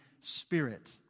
spirit